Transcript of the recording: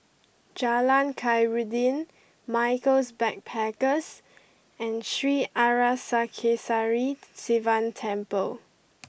Jalan Khairuddin Michaels Backpackers and Sri Arasakesari Sivan Temple